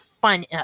fun